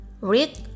read